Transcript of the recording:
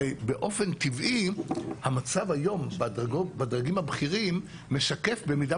הרי באופן טבעי המצב היום בדרגים הבכירים משקף במידה